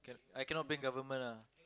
I cannot blame government ah